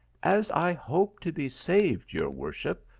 as i hope to be saved, your worship,